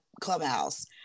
clubhouse